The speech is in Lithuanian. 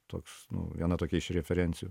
toks nu viena tokia iš referencijų